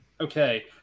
Okay